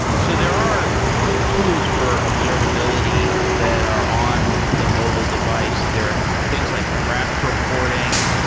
so, there are tools for observability that are on the mobile device. there are things like crash reporting.